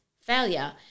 failure